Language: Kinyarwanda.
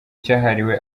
cyahariwe